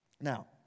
Now